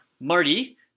Marty